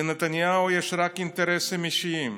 לנתניהו יש רק אינטרסים אישיים.